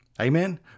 Amen